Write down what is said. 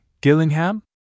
Gillingham